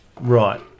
Right